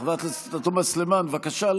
חברת הכנסת תומא סלימאן, בבקשה.